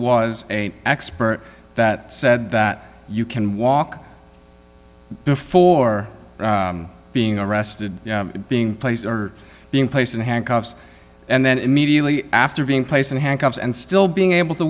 was a expert that said that you can walk before being arrested being placed or being placed in handcuffs and then immediately after being placed in handcuffs and still being able to